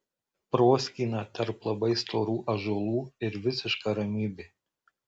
proskyna tarp labai storų ąžuolų ir visiška ramybė